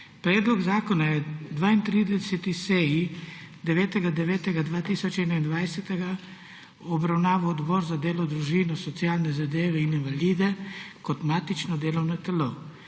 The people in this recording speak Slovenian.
Predlog zakona je na 32. seji 9. 9. 2021 obravnaval Odbor za delo, družino, socialne zadeve in invalide kot matično delovno telo.